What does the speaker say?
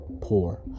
poor